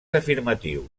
afirmatiu